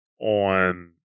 on